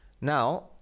Now